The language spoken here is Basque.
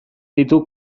ditu